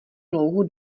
louhu